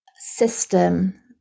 system